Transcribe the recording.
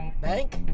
bank